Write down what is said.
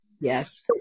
Yes